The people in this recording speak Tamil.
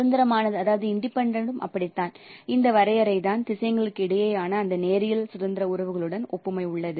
சுதந்திரமானது அப்படித்தான் இந்த வரையறைதான் திசையன்களுக்கிடையேயான அந்த நேரியல் சுதந்திர உறவுகளுடன் ஒப்புமை உள்ளது